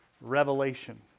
Revelation